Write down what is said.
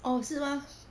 哦是吗